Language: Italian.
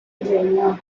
genio